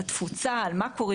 על התפוצה, על מה ואיך.